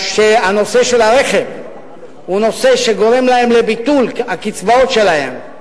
שהרכב הוא נושא שגורם לביטול הקצבאות שלהן,